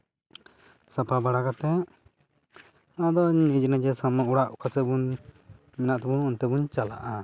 ᱥᱟᱯᱟ ᱵᱟᱲᱟ ᱠᱟᱛᱮ ᱟᱫᱚ ᱱᱤᱡᱮ ᱱᱤᱡᱮ ᱥᱟᱵᱢᱮ ᱚᱲᱟᱜ ᱚᱠᱟ ᱥᱮᱫ ᱵᱚᱱ ᱢᱮᱱᱟᱜ ᱛᱟᱵᱚᱱ ᱚᱱᱛᱮ ᱵᱚᱱ ᱪᱟᱞᱟᱜᱼᱟ